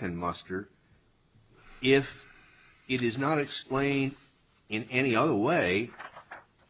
can muster if it is not explained in any other way